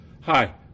Hi